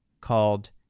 called